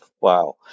Wow